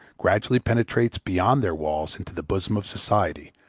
gradually penetrates beyond their walls into the bosom of society,